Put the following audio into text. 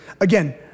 Again